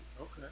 Okay